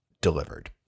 delivered